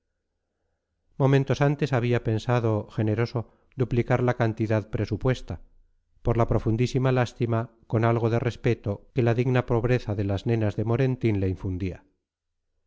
momentos antes había pensado generoso duplicar la cantidad presupuesta por la profundísima lástima con algo de respeto que la digna pobreza de las nenas de morentín le infundía